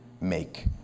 make